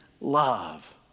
love